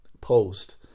post